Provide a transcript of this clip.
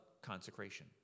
consecration